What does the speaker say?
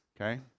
okay